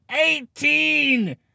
Eighteen